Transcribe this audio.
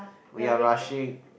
we are rushing